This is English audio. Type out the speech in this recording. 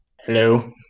hello